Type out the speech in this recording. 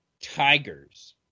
Tigers